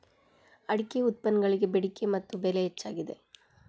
ಅಡಿಕೆ ಉತ್ಪನ್ನಗಳಿಗೆ ಬೆಡಿಕೆ ಮತ್ತ ಬೆಲೆ ಹೆಚ್ಚಾಗಿದೆ